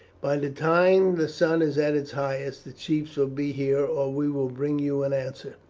by the time the sun is at its highest the chiefs will be here or we will bring you an answer,